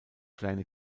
kleine